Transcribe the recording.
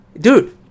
dude